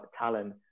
talent